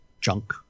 junk